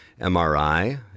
MRI